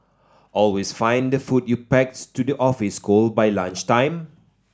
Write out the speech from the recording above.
always find the food you packs to the office cold by lunchtime